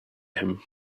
him